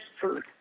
food